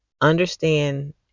Understand